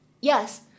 Yes